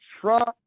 Trump